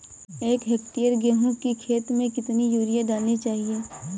एक हेक्टेयर गेहूँ की खेत में कितनी यूरिया डालनी चाहिए?